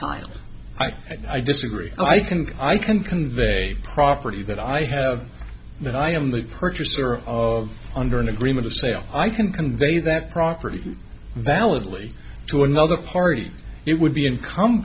time i disagree i can i can convey a property that i have that i am the purchaser of under an agreement of sale i can convey that property validly to another party it would be income